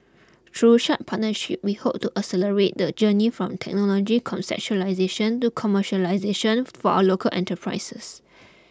through such partnerships we hope to accelerate the journey from technology conceptualisation to commercialisation for our local enterprises